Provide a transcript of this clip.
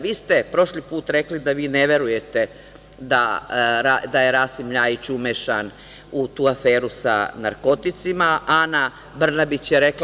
Vi ste, prošli put, rekli da vi ne verujete da je Rasim LJajić umešan u tu aferu sa narkoticima, Ana Brnabić je rekla…